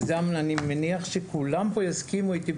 וזה אני מניח שכולם פה יסכימו איתי,